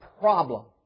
problem